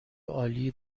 عالی